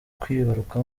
kwibaruka